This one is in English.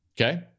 Okay